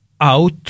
out